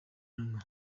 anywa